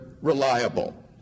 reliable